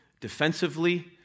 defensively